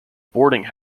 boarding